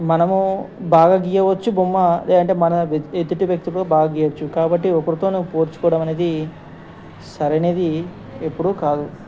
మనము బాగా గీయవచ్చు బొమ్మ లేదంటే మన ఎదుటి వ్యక్తిది బాగా గీయొచ్చు కాబట్టి ఒకరితో నువ్ పోల్చుకోవడం అనేది సరైనది ఎప్పుడూ కాదు